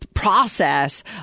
Process